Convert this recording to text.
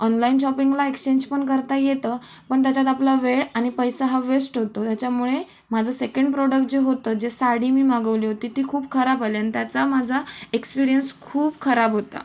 online शॉपिंगला exchange पण करता येतं पण त्याच्यात आपला वेळ आणि पैसा हा वेस्ट होतो त्याच्यामुळे माझं सेकंड प्रोडक्ट जे होतं जे साडी मी मागवली होती ती खूप खराब आली आणि त्याचा माझा एक्स्पिरीयन्स खूप खराब होता